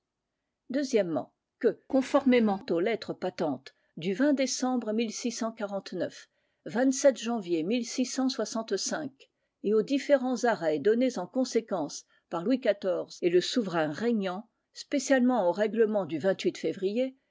que conformément aux lettres patentes du décembre janvier et aux différents arrêts donnés en conséquence par louis xiv et le souverain régnant spécialement au règlement du février